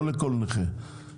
לא לכל נכה.